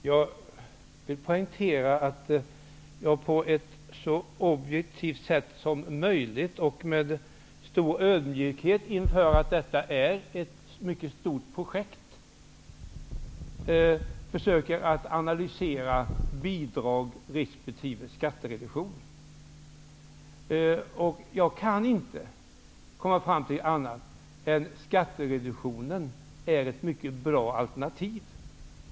Herr talman! Jag vill poängtera att jag på ett så objektivt sätt som möjligt och med stor ödmjukhet inför att detta är ett mycket stort projekt försöker analysera bidrag resp. skattereduktion. Jag kan inte komma fram till annat än att skattereduktionen är ett mycket bra alternativ.